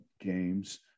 games